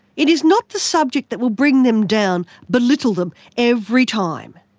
it is not the subject that will bring them down, belittle them every time.